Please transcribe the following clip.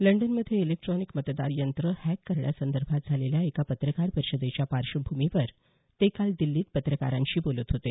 लंडनमध्ये इलेक्ट्रॉनिक मतदान यंत्र हॅक करण्यासंदर्भात झालेल्या एका पत्रकार परिषदेच्या पार्श्वभूमीवर ते काल दिल्लीत पत्रकारांशी बोलत होते